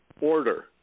order